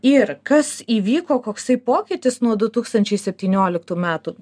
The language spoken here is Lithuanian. ir kas įvyko koksai pokytis nuo du tūkstančiai septynioliktų metų